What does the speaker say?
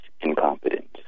incompetence